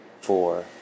four